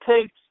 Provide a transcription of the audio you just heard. takes